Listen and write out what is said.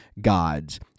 God's